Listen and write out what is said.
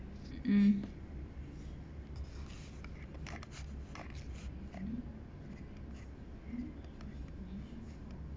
mm